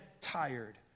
tired